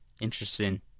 Interesting